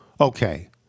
Okay